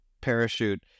parachute